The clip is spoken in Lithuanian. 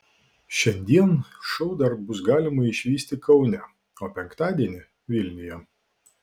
šiandien šou dar bus galima išvysti kaune o penktadienį vilniuje